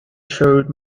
showed